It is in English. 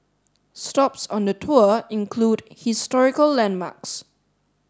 stops on the tour include historical landmarks